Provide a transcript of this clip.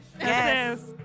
Yes